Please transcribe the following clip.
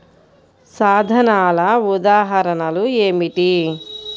సాధనాల ఉదాహరణలు ఏమిటీ?